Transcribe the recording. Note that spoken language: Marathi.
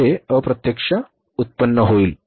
तर ते अप्रत्यक्ष उत्पन्न होईल